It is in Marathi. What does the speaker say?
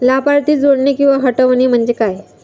लाभार्थी जोडणे किंवा हटवणे, म्हणजे काय?